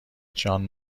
جان